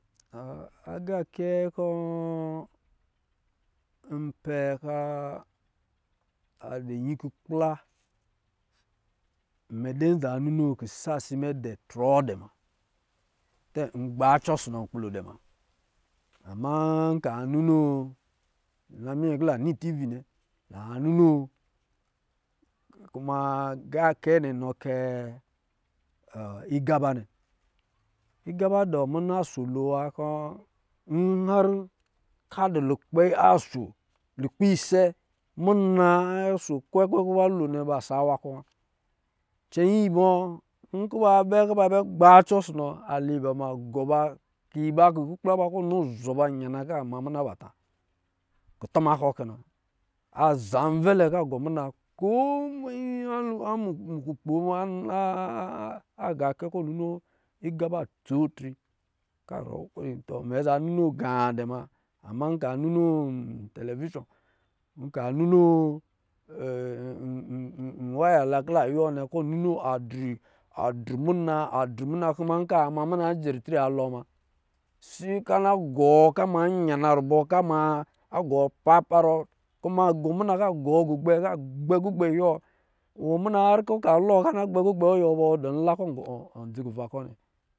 Agakɛ kɔ̄ pɛ kɔ̄ a dɔ nyɛ ikukpla mɛ dɛ nza ninoo kisa si mɛ dɛ trɔɔ dɛ mnna tɛ ngba cɔ ɔsɔ̄ nkpi lo dɛ muna ama nka ninoo la mun kɔ̄ la ni tnvi nnɛ la ninoo kuma agakɛ nnɛ nɔ kɛ ɔ igaba gaba nnɛ igaba dɔ muna soo lonwa kɔ yari kɔ̄ adɔ̄ lukpɛ so mina aso kwekwe kɔ̄ ba lo nnɛ ba sa awa kɔ wa cɛnyi kɔ̄ ba bɛ kɔ̄ ba bɛ gbacɔ ɔsɔ nɔ a lɔɔ iba muna agɔ ba ka iba ka ikupla ba nzɔ ba yana ka ma muna ba ta kutuma kɔ̄ kɛ na ci zhavɛlɛ ka gɔ muna kɔ̄ manyi muku kpo a gakɛ kɔ̄ ɔ nini igaba tso tri mɛ za nim gaa dɛ ma nka ninoo ntɛlevishɔ, nka ninoo nwavga la kɔ̄ la yiwɔ nnɛ kɔ̄ ninoo adri-adri muna adri muna kuma ka ma mirra jɛ ritre alɔɔ muna se ka na gɔɔ ka ma yana rubɔ ka gɔɔ paparɔ kuma agɔ muna ka gɔ kugbɛ, ka gbɛ kugbɛ yiwɔ wɔ muna nkɔ lɔ kɔ̄ ana gbɛ kugbɛ wɔ yiwɔ ba adɔ nla kɔ̄ ɔ dzi kuva kɔ̄ nnɛ